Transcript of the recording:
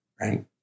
right